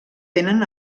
tenen